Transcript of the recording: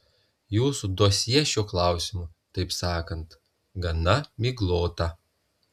jūsų dosjė šiuo klausimu taip sakant gana miglota